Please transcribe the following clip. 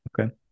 Okay